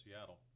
Seattle